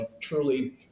truly